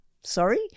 Sorry